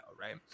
right